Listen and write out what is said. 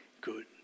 good